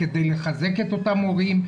כדי לחזק את אותם הורים,